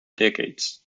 decades